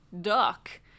duck